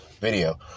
video